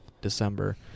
December